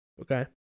Okay